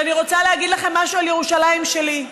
ואני רוצה להגיד לכם משהו על ירושלים שלי.